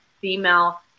female